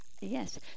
yes